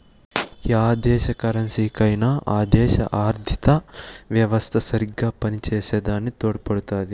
yeah దేశ కరెన్సీకైనా ఆ దేశ ఆర్థిత యెవస్త సరిగ్గా పనిచేసే దాని తోడుపడుతాది